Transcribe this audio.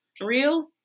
real